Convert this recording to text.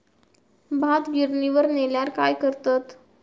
भात गिर्निवर नेल्यार काय करतत?